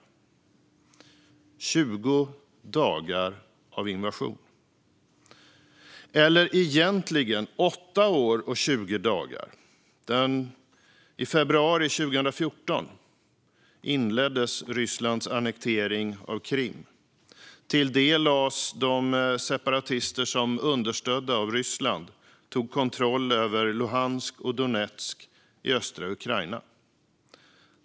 Det har varit 20 dagar av invasion - eller egentligen 8 år och 20 dagar, för i februari 2014 inleddes Rysslands annektering av Krim. Till det lades de separatister som, understödda av Ryssland, tog kontroll över Luhansk och Donetsk i östra Ukraina.